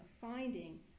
finding